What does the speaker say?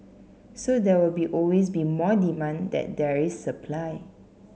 so there will be always be more demand that there is supply